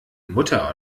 mutter